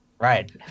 Right